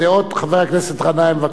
חבר הכנסת גנאים, בבקשה.